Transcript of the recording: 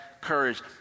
courage